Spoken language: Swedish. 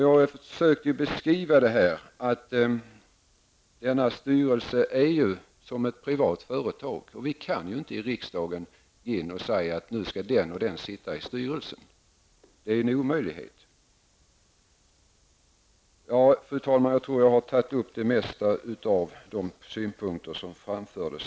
Jag försökte beskriva att det företagets styrelse är som ett privat företags styrelse; vi i riksdagen kan inte gå in och säga att den och den skall sitta i styrelsen -- det är en omöjlighet. Fru talman! Därmed tror jag att jag har tagit upp de flesta av de synpunkter som har framförts.